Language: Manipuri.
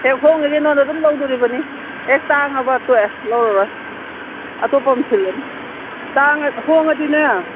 ꯍꯦꯛ ꯍꯣꯡꯂꯤꯒꯩ ꯅꯣꯏꯗ ꯑꯗꯨꯝ ꯂꯧꯗꯣꯔꯤꯕꯅꯤ ꯍꯦꯛ ꯇꯥꯡꯂꯕ ꯇꯣꯛꯑꯦ ꯂꯧꯔꯔꯣꯏ ꯑꯇꯣꯞꯄ ꯑꯃ ꯁꯤꯜꯂꯅꯤ ꯍꯣꯡꯂꯗꯤꯅꯦ